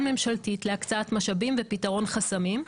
ממשלתית להקצאת משאבים ופתרון חסמים.